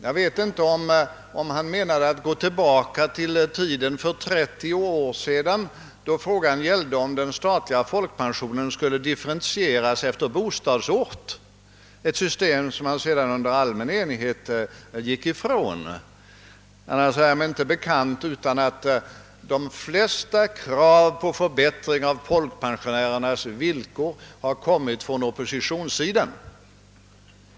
Jag vet inte om han avsåg att gå 30 år tillbaka i tiden, då frågan gällde om den statliga folkpensionen skulle differentieras efter bostadsort, ett system som man sedan under allmän enighet övergav. Annars är det mig inte bekant annat än att de flesta krav på förbättringar av folkpensionärernas villkor har kommit från oppositionssidan.